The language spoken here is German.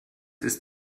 ist